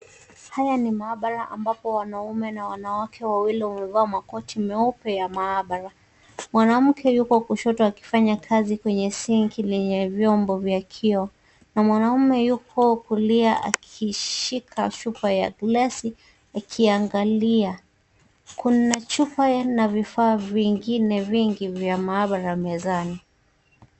Haya ni maabara ambapo wanaume na wanawake wawili wamevaa makoti meupe ya maabara. Mwanamke yuko kushoto akifanya kazi kwenye sinki lenye vyombo vya kioo na mwanaume yupo kulia akishika chupa ya glasi ikiangilia. Kuna chupa na vifaa vingine vingi vya maabara mezani.